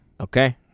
Okay